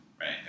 Right